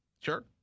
Sure